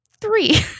three